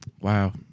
Wow